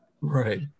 Right